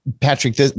Patrick